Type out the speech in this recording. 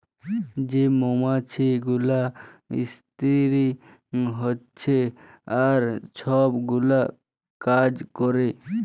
যে মমাছি গুলা ইস্তিরি হছে আর ছব গুলা কাজ ক্যরে